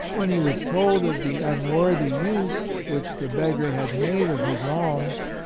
when he was told of the unworthy use which the beg gar had made of his alms,